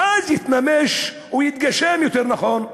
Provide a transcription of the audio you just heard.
ואז יתממש, או יתגשם, יותר נכון,